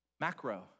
macro